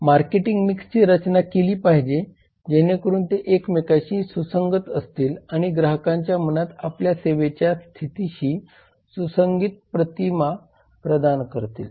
marketing मिक्सची रचना केली पाहिजे जेणेकरून ते एकमेकांशी सुसंगत असतील आणि ग्राहकांच्या मनात आपल्या सेवेच्या स्थितीशी सुसंगत प्रतिमा प्रदान करतील